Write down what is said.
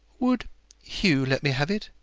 would hugh let me have it?